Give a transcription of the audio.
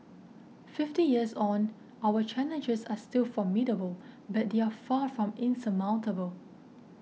fifty years on our challenges are still formidable but they are far from insurmountable